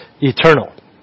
eternal